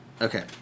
Okay